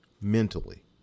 mentally